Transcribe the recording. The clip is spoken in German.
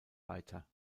weiter